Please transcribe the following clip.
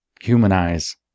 humanize